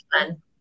fun